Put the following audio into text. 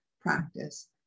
practice